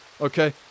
okay